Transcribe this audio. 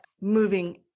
moving